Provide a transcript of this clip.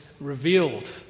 revealed